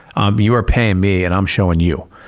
um you're paying me and i'm showing you.